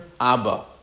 Abba